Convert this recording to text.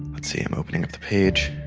let's see, i'm opening up the page.